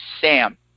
sam